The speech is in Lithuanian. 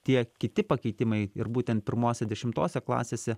tie kiti pakeitimai ir būtent pirmose dešimtose klasėse